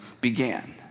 began